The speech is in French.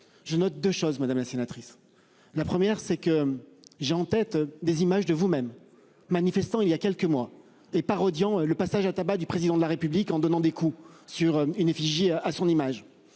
je note 2 choses, madame la sénatrice. La première c'est que j'ai en tête des images de vous-même manifestants il y a quelques mois et parodiant le passage à tabac du président de la République, en donnant des coups sur une effigie à son image.